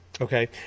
Okay